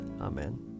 Amen